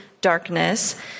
darkness